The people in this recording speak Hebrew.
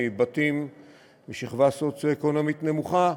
משכבה סוציו-אקונומית נמוכה,